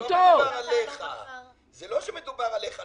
לא מדובר עליך, זה לא שמדובר עליך.